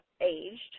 aged